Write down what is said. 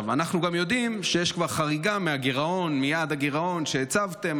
אנחנו גם יודעים שיש כבר חריגה מיעד הגירעון שהצבתם,